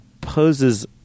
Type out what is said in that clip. poses